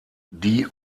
die